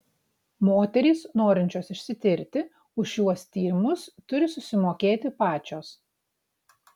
moterys norinčios išsitirti už šiuo tyrimus turi susimokėti pačios